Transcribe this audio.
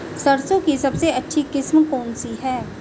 सरसों की सबसे अच्छी किस्म कौन सी है?